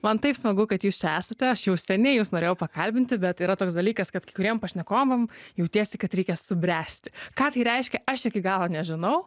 man taip smagu kad jūs čia esate aš jau seniai jus norėjau pakalbinti bet yra toks dalykas kad kai kuriem pašnekovam jautiesi kad reikia subręsti ką tai reiškia aš iki galo nežinau